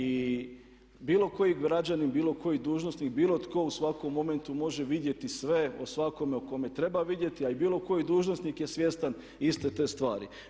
I bilo koji građanin, bilo koji dužnosnik, bilo tko u svakom momentu može vidjeti sve o svakome o kome treba vidjeti a i bilo koji dužnosnik je svjestan iste te stvari.